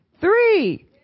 Three